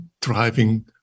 driving